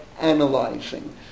analyzing